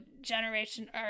generation